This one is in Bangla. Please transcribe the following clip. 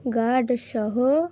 গার্ড সহ